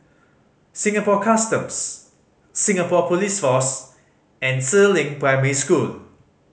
Singapore Customs Singapore Police Force and Si Ling Primary School